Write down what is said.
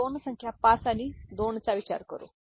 तर आपण दोन संख्या 5 आणि 2 चा विचार करू